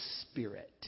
Spirit